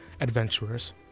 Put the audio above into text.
adventurers